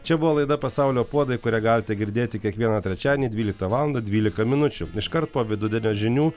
čia buvo laida pasaulio puodai kurią galite girdėti kiekvieną trečiadienį dvyliktą valandą dvylika minučių iškart po vidudienio žinių